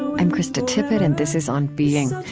i'm krista tippett and this is on being.